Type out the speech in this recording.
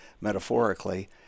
metaphorically